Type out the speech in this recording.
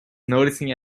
noticing